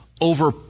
over